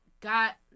got